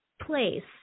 place